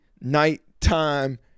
nighttime